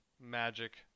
magic